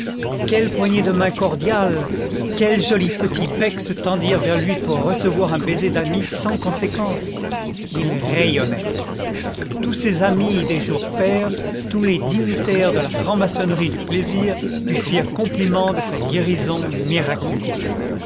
quelles poignées de main cordiales quels jolis petits becs se tendirent vers lui pour recevoir un baiser d'ami sans conséquence il rayonnait tous ses amis des jours pairs tous les dignitaires de la franc-maçonnerie du plaisir lui firent compliment de sa guérison miraculeuse